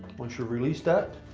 once you release that,